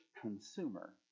consumer